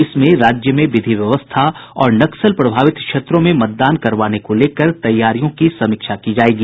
इसमें राज्य में विधि व्यवस्था और नक्सल प्रभावित क्षेत्रों में मतदान करवाने को लेकर तैयारियों की समीक्षा की जायेगी